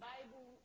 Bible